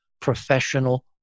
professional